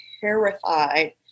terrified